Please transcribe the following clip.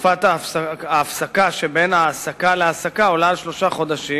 ותקופת ההפסקה שבין העסקה להעסקה עולה על שלושה חודשים.